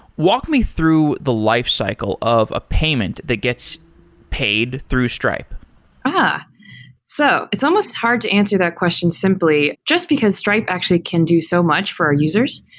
walk me through the life cycle of a payment that gets paid through stripe but so it's almost hard to answer that question simply, just because stripe actually can do so much for our users.